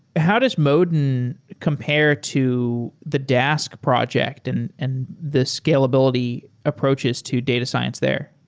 how does modin compare to the dask project and and the scalability approaches to data science there?